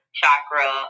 chakra